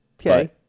Okay